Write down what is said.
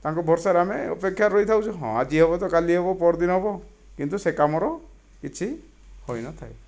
ତାଙ୍କ ଭରସାରେ ଆମେ ଅପେକ୍ଷାରେ ରହିଥାଉ ଯେ ହଁ ଆଜି ହେବ ତ କାଲି ହେବ ପହରଦିନ ହେବ କିନ୍ତୁ ସେ କାମର କିଛି ହୋଇନଥାଏ